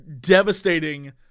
devastating